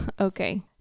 Okay